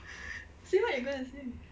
say what you going to say